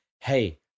hey